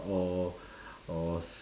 or or